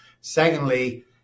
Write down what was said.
Secondly